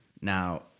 Now